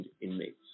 inmates